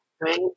right